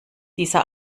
dieser